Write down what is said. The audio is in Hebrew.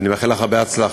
אני מאחל לך הרבה הצלחה.